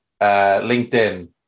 LinkedIn